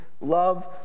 love